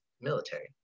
military